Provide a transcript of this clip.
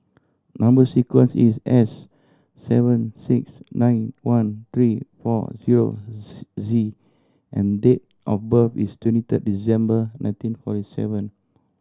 number sequence is S seven six nine one three four zero Z and date of birth is twenty third December nineteen forty seven